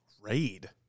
Raid